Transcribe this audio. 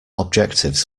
objectives